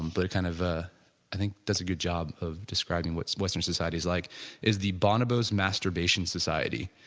but kind of ah i think that's a good job of describing what western society is like is the bonobo's masturbation society.